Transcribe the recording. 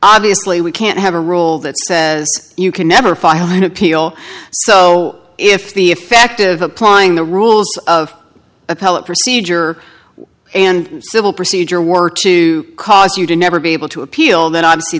obviously we can't have a rule that says you can never file an appeal so if the effect of applying the rules of appellate procedure and civil procedure were to cause you to never be able to appeal then i'd see